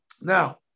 Now